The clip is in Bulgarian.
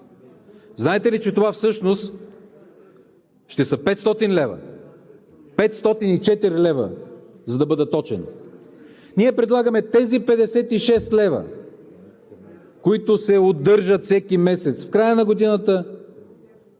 Знаете ли, че това всъщност ще са 500 лв. – за да бъда точен – 504 лв.? Ние предлагаме тези 56 лв., които се удържат всеки месец в края на годината,